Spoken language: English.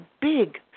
big